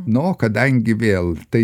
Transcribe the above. nu kadangi vėl tai